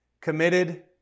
committed